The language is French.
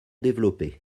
développées